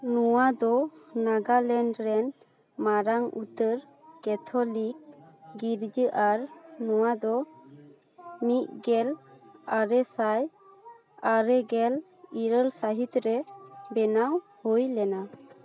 ᱱᱚᱣᱟ ᱫᱚ ᱱᱟᱜᱟᱞᱮᱱᱰ ᱨᱮᱱ ᱢᱟᱨᱟᱝ ᱩᱛᱟᱹᱨ ᱠᱮᱛᱷᱚᱞᱤᱠ ᱜᱤᱨᱡᱟᱹ ᱟᱨ ᱱᱚᱣᱟ ᱫᱚ ᱢᱤᱫ ᱜᱮᱞ ᱟᱨᱮ ᱥᱟᱭ ᱟᱨᱮᱜᱮᱞ ᱤᱨᱟᱹᱞ ᱥᱟᱹᱦᱤᱛ ᱨᱮ ᱵᱮᱱᱟᱣ ᱦᱩᱭ ᱞᱮᱱᱟ